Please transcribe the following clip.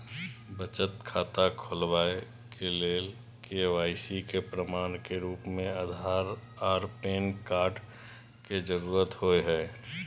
बचत खाता खोलाबय के लेल के.वाइ.सी के प्रमाण के रूप में आधार आर पैन कार्ड के जरुरत होय हय